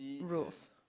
rules